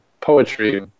poetry